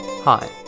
Hi